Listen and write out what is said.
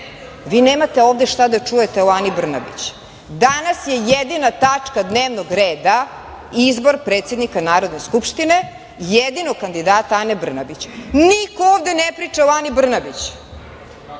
Vi nemate ovde šta da čujete o Ani Brnabić. Danas je jedina tačka dnevnog reda izbor predsednika Narodne skupštine, jedinog kandidata Ane Brnabić. Niko ovde ne priča o Ani Brnabić,